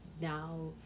now